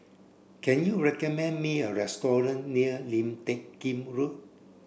can you recommend me a restaurant near Lim Teck Kim Road